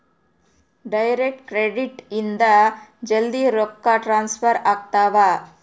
direct credit ಇಂದ ಜಲ್ದೀ ರೊಕ್ಕ ಟ್ರಾನ್ಸ್ಫರ್ ಆಗ್ತಾವ